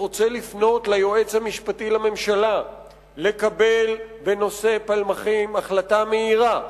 רוצה לפנות ליועץ המשפטי לממשלה לקבל בנושא פלמחים החלטה מהירה,